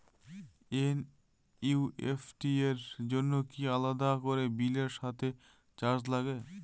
NEFT র জন্য কি আলাদা করে বিলের সাথে চার্জ লাগে?